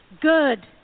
good